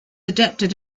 adapted